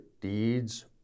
deeds